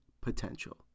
potential